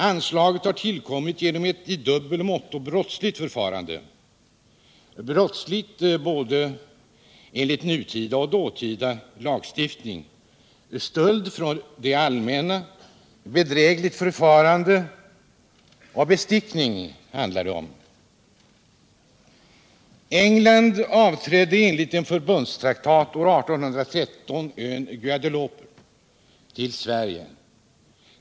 Anslaget har tillkommit genom ett i dubbel måtto brottsligt förfarande. Brottsligt både enligt nutida och enligt dåtida lagstiftning. Stöld från det allmänna, bedrägligt förfarande och bestickning handlar det om. England avträdde enligt en förbundstraktat år 1813 ön Guadeloupe till Sverige.